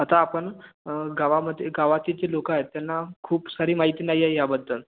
आता आपण गावामध्ये गावातील जी लोक आहेत त्यांना खूप सारी माहिती नाही आहे याबद्दल